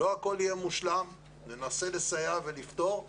לא הכול יהיה מושלם אבל ננסה לסייע ולפתור.